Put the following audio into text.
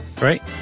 Right